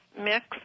mix